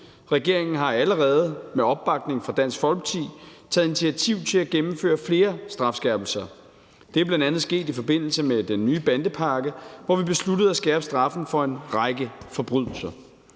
Regeringen har allerede med opbakning fra Dansk Folkeparti taget initiativ til at gennemføre flere strafskærpelser. Det er bl.a. sket i forbindelse med den nye bandepakke, hvor vi besluttede at skærpe straffen for en række forbrydelser.